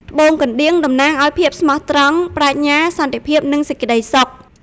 ត្បូងកណ្ដៀង តំណាងឱ្យ ភាពស្មោះត្រង់ ប្រាជ្ញា សន្តិភាព និងសេចក្ដីសុខ។